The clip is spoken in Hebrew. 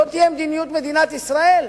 זאת תהיה מדיניות מדינת ישראל?